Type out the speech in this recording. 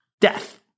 death